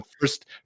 first